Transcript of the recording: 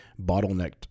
bottlenecked